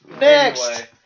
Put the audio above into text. Next